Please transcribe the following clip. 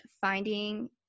finding